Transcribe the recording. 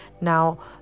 now